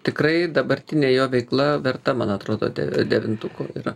tikrai dabartinė jo veikla verta man atrodo de devintuko yra